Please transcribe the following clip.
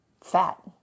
fat